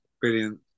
Brilliant